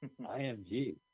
IMG